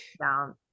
down